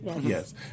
Yes